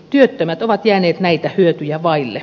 työttömät ovat jääneet näitä hyötyjä vaille